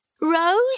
Rose